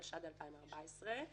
התשע"ד-2014,